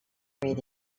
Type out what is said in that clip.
beds